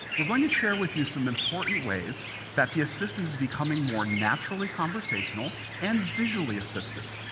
we're going to share with you some important ways that the assistant is becoming more naturally conversational and visually assistive,